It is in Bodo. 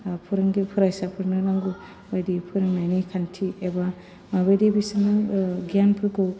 फोरोंगिरि फरायसाफोरनो नांगौ बायदि फोरोंनायनि खान्थि एबा माबायदि बिसोरनो गियानफोरखौ